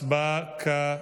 הצבעה כעת.